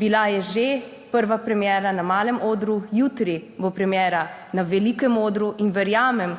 Bila je že prva premiera na malem odru, jutri bo premiera na velikem odru in verjamem,